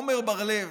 עמר בר לב,